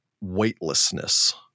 weightlessness